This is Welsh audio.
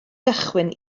gychwyn